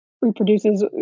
reproduces